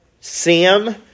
Sam